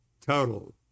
total